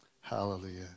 Hallelujah